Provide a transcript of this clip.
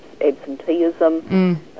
absenteeism